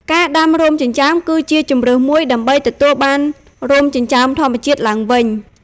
ការដាំរោមចិញ្ចើមគឺជាជម្រើសមួយដើម្បីទទួលបានរោមចិញ្ចើមធម្មជាតិឡើងវិញ។